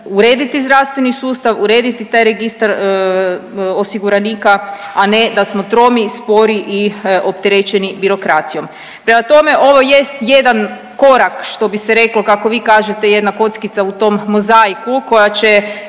urediti zdravstveni sustav, urediti taj registar osiguranika, a ne da smo tromi, spori i opterećeni birokracijom. Prema tome, ovo jest jedan korak što bi se reklo kako vi kažete jedna kockica u tom mozaiku koja će